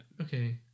Okay